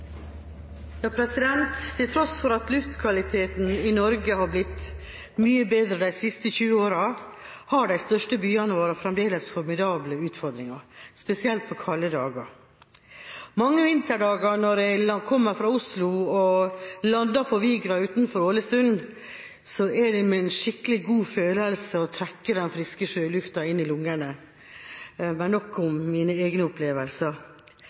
Til tross for at luftkvaliteten i Norge har blitt mye bedre de siste 20 årene, har de største byene våre fremdeles formidable utfordringer, spesielt på kalde dager. Mange vinterdager når jeg kommer fra Oslo og lander på Vigra utenfor Ålesund, er det en skikkelig god følelse å trekke den friske sjølufta ned i lungene. Men nok om mine egne opplevelser.